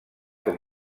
com